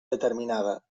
determinada